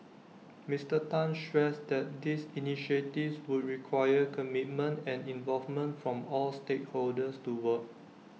Mister Tan stressed that these initiatives would require commitment and involvement from all stakeholders to work